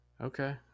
Okay